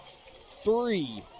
three